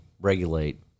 regulate